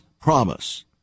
promise